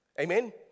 amen